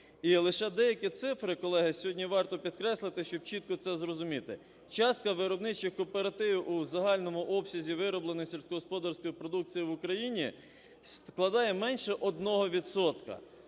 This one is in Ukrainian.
І лише деякі цифри, колеги, сьогодні варто підкреслити, щоб чітко це зрозуміти. Частка виробничих кооперативів у загальному обсязі вироблення сільськогосподарської продукції в Україні складає менше 1